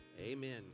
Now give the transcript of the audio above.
Amen